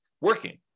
working